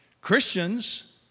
Christians